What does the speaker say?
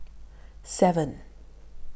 seven